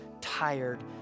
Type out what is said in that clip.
tired